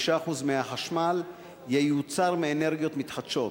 5% מהחשמל ייוצרו מאנרגיות מתחדשות.